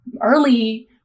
early